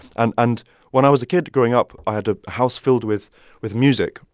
and and when i was a kid growing up, i had a house filled with with music.